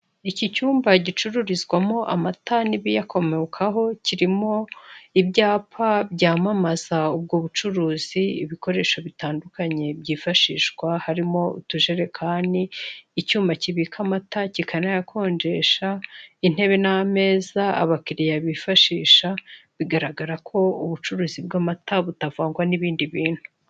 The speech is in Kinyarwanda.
Iki cyuma gicururizwamo amata n'ibiyakomokaho kirimo ibyapa byamamaza ubwo bucuruzi ibikoresho bitandukanye byifashishwa harimo; utujerekani, icyuma kibika amata kikanayakonjesha, intebe n'ameza abakiriya bifashisha biragaragara ko ubucuruzi bw'amata butavangwa n'ibindi bintu.